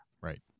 right